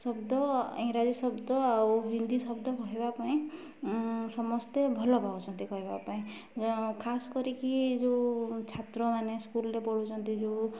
ଶବ୍ଦ ଇଂରାଜୀ ଶବ୍ଦ ଆଉ ହିନ୍ଦୀ ଶବ୍ଦ କହିବା ପାଇଁ ସମସ୍ତେ ଭଲ ପାଉଛନ୍ତି କହିବା ପାଇଁ ଖାସ୍ କରିକି ଯେଉଁ ଛାତ୍ରମାନେ ସ୍କୁଲରେ ପଢ଼ୁଛନ୍ତି ଯେଉଁ